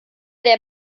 der